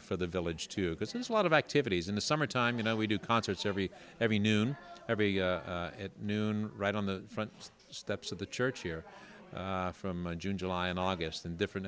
for the village too because there's a lot of activities in the summertime you know we do concerts every every noon every at noon right on the front steps of the church here from june july and august and different